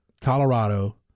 Colorado